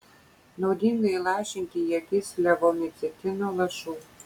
naudinga įlašinti į akis levomicetino lašų